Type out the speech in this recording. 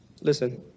Listen